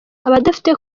abadafite